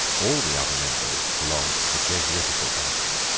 all the other members belonged to the jesuitical faction.